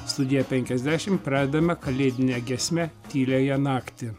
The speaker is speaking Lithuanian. studija penkiasdešim pradedame kalėdine giesme tyliąją naktį